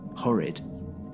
horrid